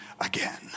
again